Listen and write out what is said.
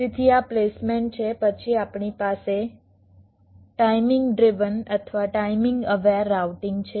તેથી આ પ્લેસમેન્ટ છે પછી આપણી પાસે ટાઇમિંગ ડ્રીવન અથવા ટાઇમિંગ અવેર રાઉટીંગ છે